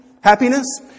happiness